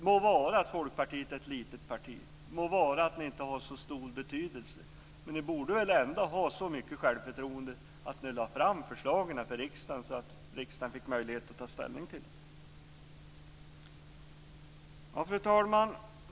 Må vara att Folkpartiet är ett litet parti och inte har så stor betydelse, men ni borde väl ändå ha så mycket självförtroende att ni lade fram förslagen för riksdagen, så att den fick möjlighet att ta ställning till dem. Fru talman!